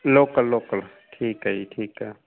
local local ਠੀਕ ਹੈ ਜੀ ਠੀਕ ਹੈ